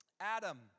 Adam